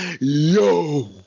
Yo